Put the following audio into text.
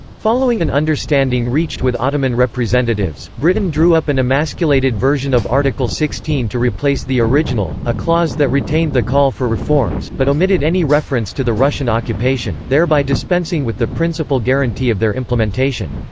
following an understanding reached with ottoman representatives, britain drew up an emasculated version of article sixteen to replace the original, a clause that retained the call for reforms, but omitted any reference to the russian occupation, thereby dispensing with the principal guarantee of their implementation.